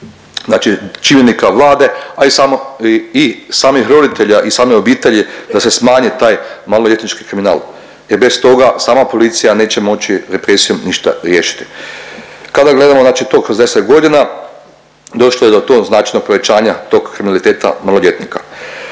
znači čimbenika Vlade, a i samih roditelja i samih obitelji da se smanji taj maloljetnički kriminal jer bez toga sama policija neće moći represijom ništa riješiti. Kada gledamo znači to kroz 10 godina, došlo je do tog značajnog povećanja tog kriminaliteta maloljetnika.